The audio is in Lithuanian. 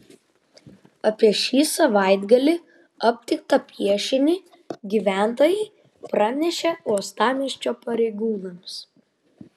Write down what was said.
apie šį savaitgalį aptiktą piešinį gyventojai pranešė uostamiesčio pareigūnams